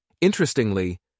Interestingly